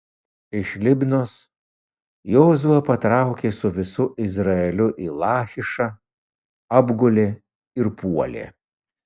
iš libnos jozuė patraukė su visu izraeliu į lachišą apgulė ir puolė